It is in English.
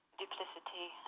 duplicity